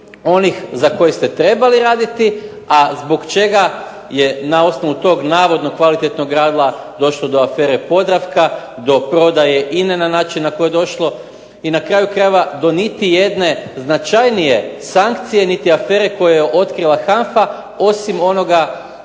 onih za koje ste trebali raditi, a zbog čega je na osnovu tog navodno kvalitetnog rada došlo do afere Podravka, do prodaje INA-e na način na koji je došlo i na kraju krajeva do niti jedne značajnije sankcije niti afere koju je otkrila HANFA osim onoga